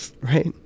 Right